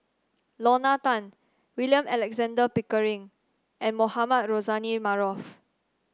Lorna Tan William Alexander Pickering and Mohamed Rozani Maarof